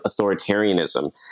authoritarianism